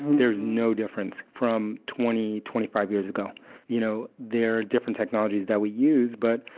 there's no difference from twenty, twenty five years ago you know there are different technologies that we use but,